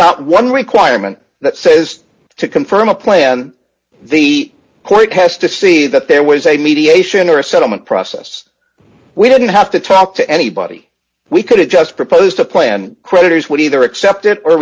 not one requirement that says to confirm a plan the court has to see that there was a mediation or a settlement process we didn't have to talk to anybody we could have just proposed a plan creditors would either accept or